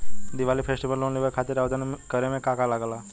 Diwali festival loan लेवे खातिर आवेदन करे म का का लगा तऽ?